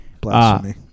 Blasphemy